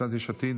קבוצת יש עתיד,